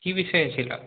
কী বিষয়ে ছিল